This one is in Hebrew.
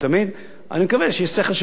אני מקווה שיהיה שכל שם בוועדה לבצע את זה.